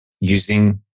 using